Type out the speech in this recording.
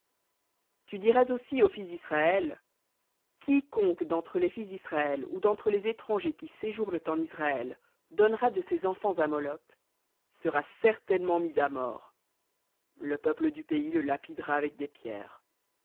tu diras aussi aux fils d'israël quiconque d'entre les fils d'israël ou d'entre les étrangers qui séjournent en israël donnera de ses enfants à moloc sera certainement mis à mort le peuple du pays le lapidera avec des pierres